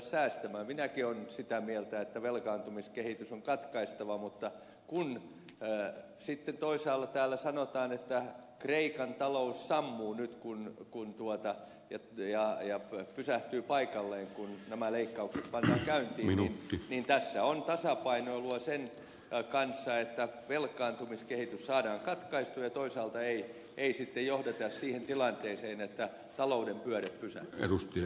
minäkin olen sitä mieltä että velkaantumiskehitys on katkaistava mutta kun sitten toisaalla täällä sanotaan että kreikan talous sammuu nyt ja pysähtyy paikalleen kun nämä leikkaukset pannaan käyntiin niin tässä on tasapainoilua sen kanssa että velkaantumiskehitys saadaan katkaistua ja toisaalta ei sitten johdeta siihen tilanteeseen että talouden pyörät pysähtyvät